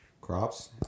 Crops